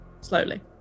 slowly